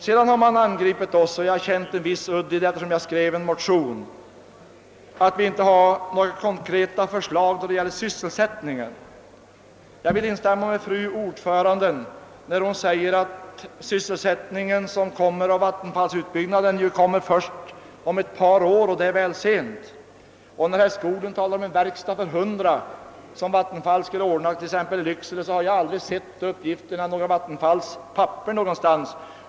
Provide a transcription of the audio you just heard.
Sedan har man angripit oss, Jag har känt en viss udd i dessa angrepp, eftersom man påstår vi inte har några konkreta förslag när det gäller sysselsättningen. Jag vill instämma i fru ordförandens uttalande att den sysselsättning som skapas genom Vindelälvens utbyggnad skulle tillkomma först om ett par år. När herr Skoglund talar om en verkstad som Vattenfall skulle ordna i Lycksele för ett hundra anställda, har jag aldrig sett dessa uppgifter i några Vattenfalls papper.